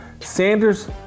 sanders